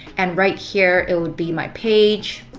and right here it would be my page.